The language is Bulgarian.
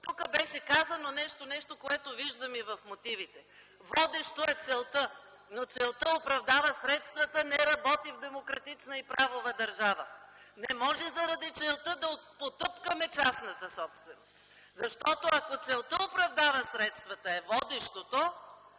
Тук беше казано нещо, което виждам и в мотивите – водеща е целта. Но „целта оправдава средствата” не работи в демократична и правова държава. Не може заради целта да потъпкваме частната собственост. Защото ако водещо е „целта оправдава средствата”, то